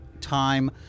time